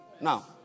Now